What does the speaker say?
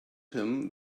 him